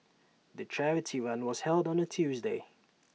the charity run was held on A Tuesday